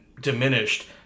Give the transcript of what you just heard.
diminished